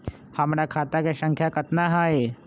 हमर खाता के सांख्या कतना हई?